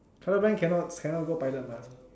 color blind cannot cannot go pilot lah